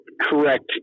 correct